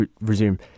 resume